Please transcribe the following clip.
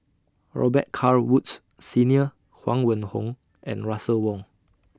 Robet Carr Woods Senior Huang Wenhong and Russel Wong